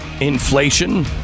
inflation